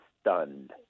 stunned